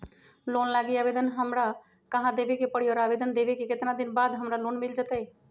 Loan लागी आवेदन हमरा कहां देवे के पड़ी और आवेदन देवे के केतना दिन बाद हमरा लोन मिल जतई?